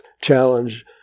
challenge